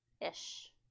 ish